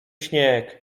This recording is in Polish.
śnieg